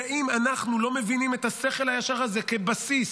ואם אנחנו לא מבינים את השכל הישר הזה כבסיס,